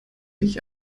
ich